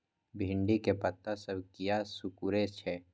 भिंडी के पत्ता सब किया सुकूरे छे?